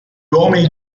uomini